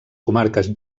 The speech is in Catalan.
comarques